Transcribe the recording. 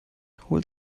holt